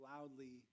loudly